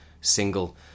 single